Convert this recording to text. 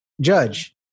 judge